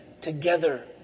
together